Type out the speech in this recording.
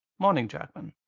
morning, jackman!